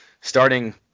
starting